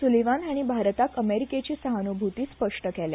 सुलिवान हांणी भारताक अमेरिकेची सहानुभुती स्पश्ट केल्या